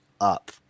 up